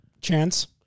Chance